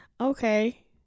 Okay